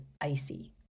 icy